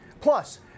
Plus